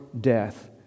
death